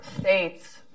states